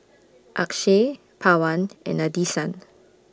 Akshay Pawan and Nadesan